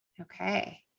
Okay